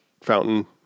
fountain